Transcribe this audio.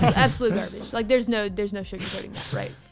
absolute garbage. like there's no, there's no sugarcoating